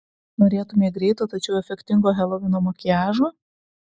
norėtumei greito tačiau efektingo helovino makiažo